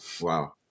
Wow